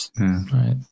Right